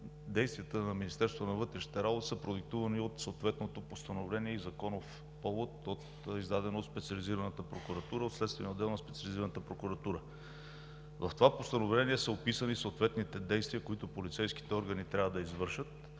действията на Министерството на вътрешните работи са продиктувани от съответното постановление и законов повод, издаден от следствения отдел на Специализираната прокуратура. В това постановление са описани съответните действия, които полицейските органи трябва да извършат.